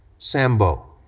sambo,